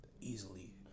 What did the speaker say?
Easily